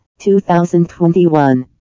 2021